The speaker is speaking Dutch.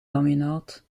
laminaat